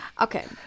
Okay